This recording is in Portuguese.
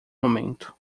momento